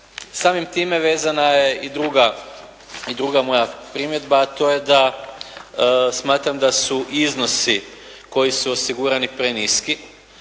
Samim time vezana je i druga moja primjedba a to je da smatram da su iznosi koji su osigurani preniski.